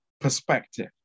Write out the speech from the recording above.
perspective